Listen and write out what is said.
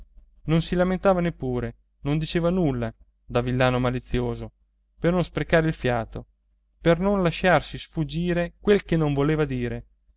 non si lamentava neppure non diceva nulla da villano malizioso per non sprecare il fiato per non lasciarsi sfuggire quel che non voleva dire